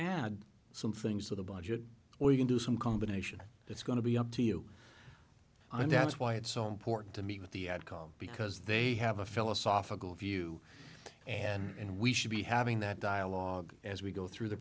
add some things to the budget or you can do some combination it's going to be up to you i'm that's why it's so important to me with the outcome because they have a philosophical view and we should be having that dialogue as we go through the